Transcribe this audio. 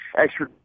extra